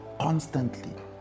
constantly